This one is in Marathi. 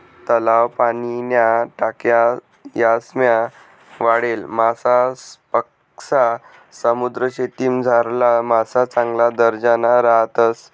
तलाव, पाणीन्या टाक्या यासमा वाढेल मासासपक्सा समुद्रीशेतीमझारला मासा चांगला दर्जाना राहतस